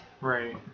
Right